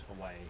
away